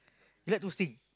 you like to sing